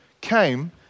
came